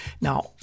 Now